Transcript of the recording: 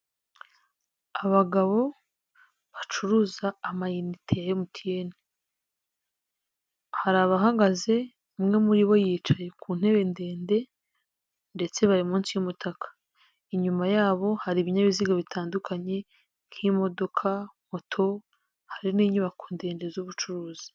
Abagabo bacuruza amayinite ya MTN, hari abahagaze umwe muri bo yicaye ku ntebe ndende ndetse bari munsi y'umutaka, inyuma yabo hari ibinyabiziga bitandukanye nk'imodoka, moto, hari n'inyubako ndende z'ubucuruzi.